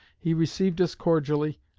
he received us cordially,